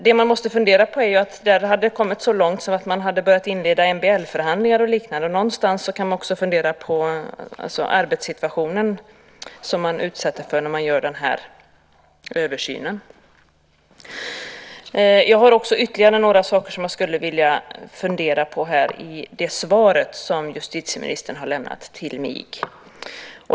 Det man måste fundera på är ju att det där hade gått så långt att man hade börjat inleda MBL-förhandlingar och liknande. Någonstans kan man också fundera på den arbetssituation som folk utsätts för när man gör den här översynen. Jag har också ytterligare några saker som jag skulle vilja fundera på här i det svar som justitieministern har lämnat till mig.